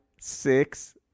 six